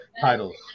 titles